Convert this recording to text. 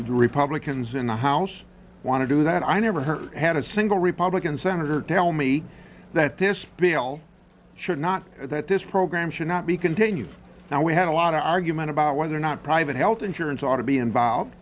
republicans in the house want to do that i never had a single republican senator tell me that this should not that this program should not be continued now we had a lot of argument about whether or not private health insurance ought to be involved